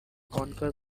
conquer